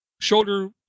Shoulder